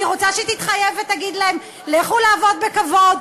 אני רוצה שתתחייב ותגיד להן: לכו לעבוד בכבוד,